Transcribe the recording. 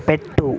పెట్టు